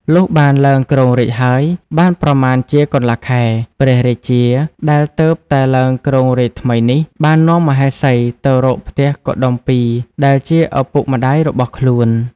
លុះបានឡើងគ្រងរាជ្យហើយ បានប្រមាណជាកន្លះខែ ព្រះរាជាដែលទើបតែឡើងគ្រងរាជ្យថ្មីនេះ បាននាំមហេសីទៅរកផ្ទះកុដុម្ពីដែលជាឪពុកម្ដាយរបស់ខ្លួន។